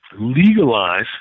legalize